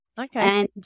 Okay